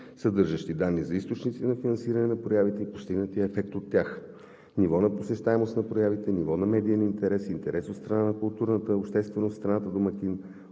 съдържащи данни за източниците на финансиране на проявите и постигнатия ефект от тях – ниво на посещаемост на проявите, ниво на медиен интерес, интерес от страна на културната общественост в страната домакин,